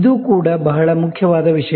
ಇದು ಕೂಡ ಬಹಳ ಮುಖ್ಯವಾದ ವಿಷಯ